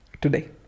today